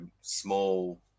small